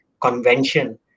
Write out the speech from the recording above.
Convention